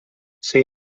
sei